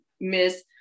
Miss